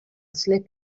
slip